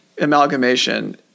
amalgamation